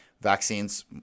vaccines